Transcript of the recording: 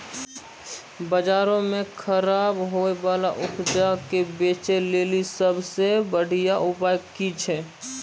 बजारो मे खराब होय बाला उपजा के बेचै लेली सभ से बढिया उपाय कि छै?